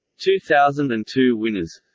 two thousand and two winners